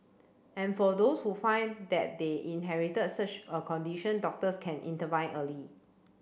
and for those who find that they inherited such a condition doctors can early